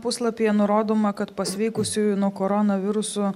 puslapyje nurodoma kad pasveikusiųjų nuo koronavirusu